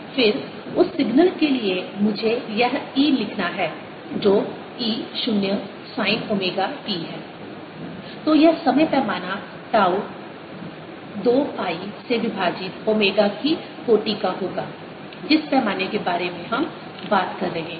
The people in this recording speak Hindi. फिर उस सिग्नल के लिए मुझे यह E लिखना है जो E 0 sin ओमेगा t है तो समय पैमाना टाउ 2 पाई से विभाजित ओमेगा की कोटि का होगा जिस पैमाने के बारे में हम बात कर रहे हैं